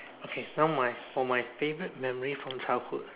okay now my for my favourite memory from childhood